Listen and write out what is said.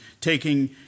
taking